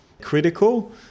critical